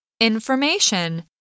Information